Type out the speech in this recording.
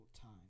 time